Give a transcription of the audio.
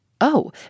Oh